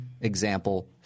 example